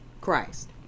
Christ